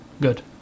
Good